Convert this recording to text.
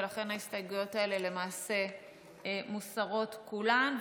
ולכן ההסתייגויות האלה למעשה מוסרות כולן.